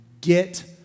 get